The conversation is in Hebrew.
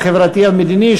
החברתי והמדיני,